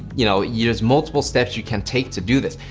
you know you just multiple steps you can take to do this.